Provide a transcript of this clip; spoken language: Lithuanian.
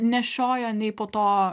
nešioja nei po to